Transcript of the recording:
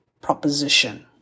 proposition